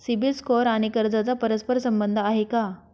CIBIL score आणि कर्जाचा परस्पर संबंध आहे का?